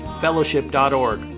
fellowship.org